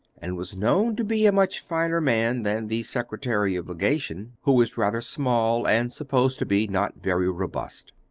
and was known to be a much finer man than the secretary of legation, who was rather small, and supposed to be not very robust.